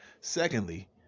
secondly